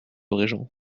régent